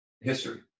history